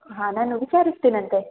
ಹಾಂ ನಾನು ವಿಚಾರಿಸ್ತೀನಂತೆ